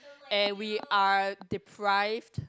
and we are deprived